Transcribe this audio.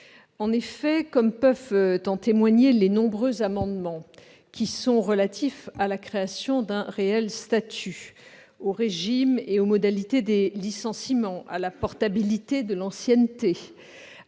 En effet, comme peuvent en témoigner les nombreux amendements relatifs à la création d'un réel statut, au régime et aux modalités des licenciements, à la portabilité de l'ancienneté